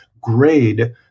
grade